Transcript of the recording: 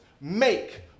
Make